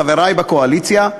חברי בקואליציה,